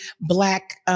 black